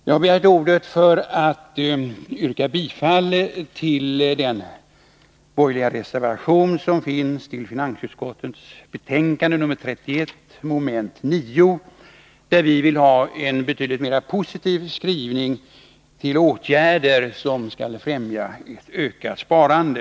Jag begärde ordet för att yrka bifall till den borgerliga reservation som är fogad till finansutskottets betänkande nr 31 mom. 9, där vi föreslår en betydligt mera positiv skrivning när det gäller åtgärder som syftar till att få till stånd ett ökat sparande.